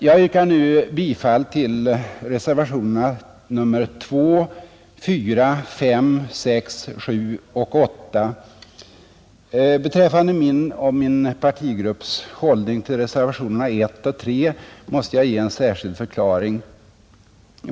Jag yrkar nu bifall till reservationerna 2, 4, 5, 6, 7 och 8. Beträffande min och min partigrupps hållning till reservationerna 1 och 3 måste jag ge en särskild förklaring.